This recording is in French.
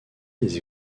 des